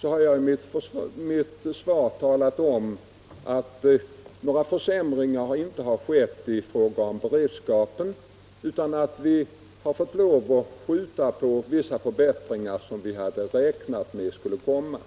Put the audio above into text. Jag har i mitt svar talat om att några försämringar inte skett i fråga om beredskapen, utan att vi har fått lov att skjuta på vissa förbättringar som vi hade räknat med att göra.